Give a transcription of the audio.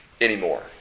anymore